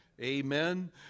Amen